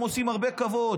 אתם עושים הרבה כבוד.